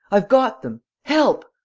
i've got them! help!